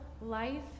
life